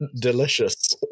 delicious